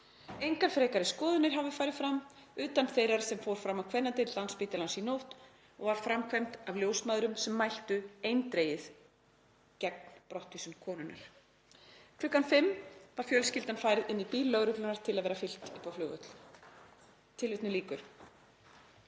Engar frekari skoðanir hafi farið fram utan þeirrar sem fór fram á kvennadeild Landspítalans í nótt og var framkvæmd af ljósmæðrum sem mæltu eindregið gegn brottvísun konunnar. Kl. 5 var fjölskyldan færð inn í bíl lögreglunnar til að vera fylgt upp á flugvöll. Í kjölfarið